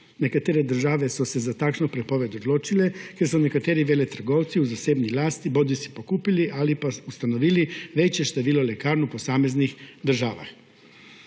Nekatere države so se za takšno prepoved odločile, ker so nekateri veletrgovci v zasebni lasti bodisi pokupili ali pa ustanovili večje število lekarn v posameznih državah.